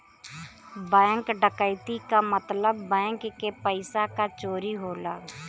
bank डकैती क मतलब बैंक के पइसा क चोरी होला